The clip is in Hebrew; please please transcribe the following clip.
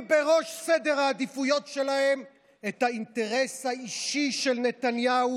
בראש סדר העדיפויות שלהם את האינטרס האישי של נתניהו